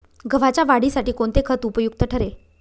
गव्हाच्या वाढीसाठी कोणते खत उपयुक्त ठरेल?